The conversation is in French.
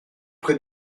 près